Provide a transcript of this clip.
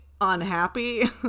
unhappy